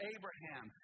Abraham